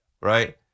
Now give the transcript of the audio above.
right